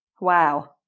Wow